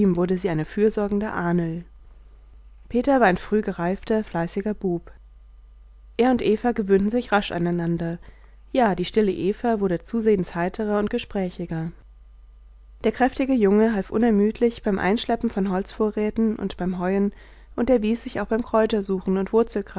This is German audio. wurde sie eine fürsorgende ahnl peter war ein früh gereifter fleißiger bub er und eva gewöhnten sich rasch aneinander ja die stille eva wurde zusehends heiterer und gesprächiger der kräftige junge half unermüdlich beim einschleppen von holzvorräten und beim heuen und erwies sich auch beim kräutersuchen und